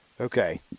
Okay